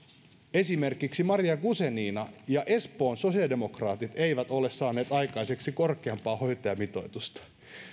esimerkiksi maria guzenina ja espoon sosiaalidemokraatit eivät ole saaneet aikaiseksi korkeampaa hoitajamitoitusta